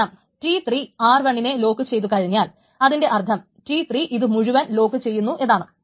കാരണം T 3 R1 നെ lock ചെയ്തു കഴിഞ്ഞാൽ അതിന്റെ അർത്ഥം T3 ഇതു മുഴുവൻ ലോക്കുചെയ്യുന്നു എന്നാണ്